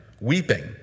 weeping